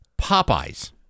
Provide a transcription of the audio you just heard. Popeyes